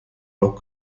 noch